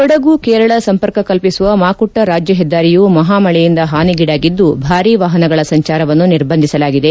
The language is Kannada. ಕೊಡಗು ಕೇರಳ ಸಂಪರ್ಕ ಕಲ್ಲಿಸುವ ಮಾಕುಟ್ಟ ರಾಜ್ಯ ಹೆದ್ದಾರಿಯು ಮಹಾಮಳೆಯಿಂದ ಹಾನಿಗೀಡಾಗಿದ್ದು ಭಾರೀ ವಾಹನಗಳ ಸಂಚಾರವನ್ನು ನಿರ್ಬಂಧಿಸಲಾಗಿದೆ